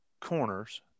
corners